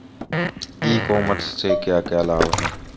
ई commerce से क्या क्या लाभ हैं?